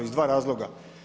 Iz dva razloga.